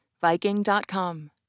Viking.com